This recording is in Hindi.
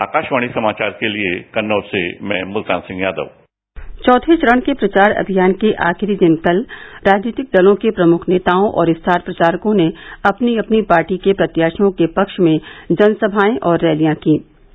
आकाशवाणी समाचार के लिए कन्नौज से में मुल्तान सिंह यादव चौथे चरण के प्रचार अभियान के आख़िरी दिन कल राजनीतिक दलों के प्रमुख नेताओं और स्टार प्रचारकों ने अपनी अपनी पार्टी के प्रत्याशियों के पक्ष में जनसभाएं और रैलियां कीं